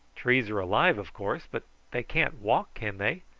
trees are alive, of course, but they can't walk, can they?